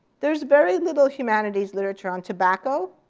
there's very little humanities literature on tobacco,